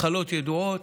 מחלות ידועות.